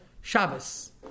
Shabbos